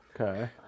Okay